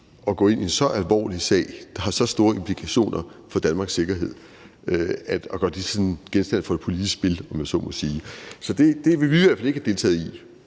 at gå ind i en så alvorlig sag, der har så store implikationer for Danmarks sikkerhed. Jeg ville ikke gøre det sådan til genstand for et politisk spil, om jeg så må sige. Så det ville vi i hvert fald ikke have deltaget i.